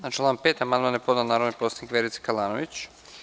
Na član 5. amandman je podnela narodni poslanik Verica Kalanović.